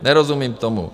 Nerozumím tomu.